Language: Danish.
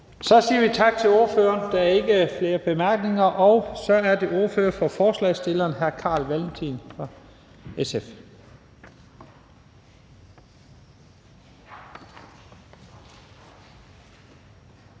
Så siger vi tak til ordføreren. Der er ikke flere bemærkninger, og så er det ordføreren for forslagsstillerne, hr. Carl Valentin fra SF.